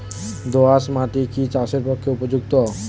দোআঁশ মাটি কি চাষের পক্ষে উপযুক্ত?